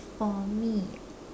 for me